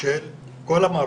של כל המערכות,